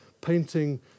painting